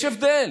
יש הבדל,